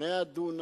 100 דונם,